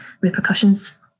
repercussions